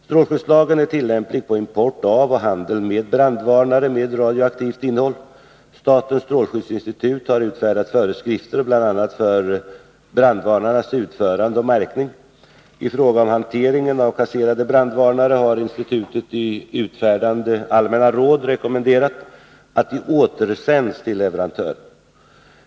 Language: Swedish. Strålskyddslagen är tillämplig på import av och handel med brandvarnare med radioaktivt innehåll. Statens strålskyddsinstitut har utfärdat föreskrifter bl.a. för brandvarnarnas utförande och märkning. I fråga om hanteringen av kasserade brandvarnare har institutet i utfärdade allmänna råd rekommenderat att de återsänds till leverantören.